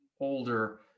older